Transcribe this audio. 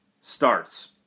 starts